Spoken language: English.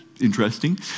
interesting